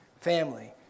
family